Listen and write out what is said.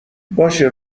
باشه